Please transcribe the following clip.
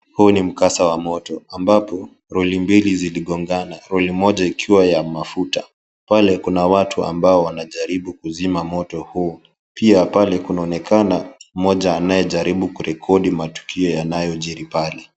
Huu ni mkasa wa moto ambapo lori mbili zilikongana ,lori moja ikiwa ya mafuta ,pale kuna watu ambao wanajaribu kuzima moto huo, pia pale kunaonekana mmoja anayejaribu kurekodi matukio yanayojiri pale.